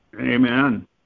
Amen